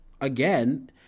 again